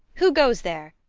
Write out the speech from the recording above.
who goes there?